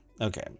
okay